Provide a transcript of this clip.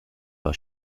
war